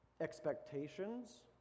Expectations